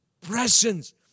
presence